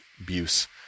abuse